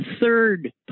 third